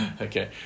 Okay